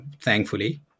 thankfully